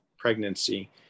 pregnancy